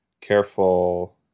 Careful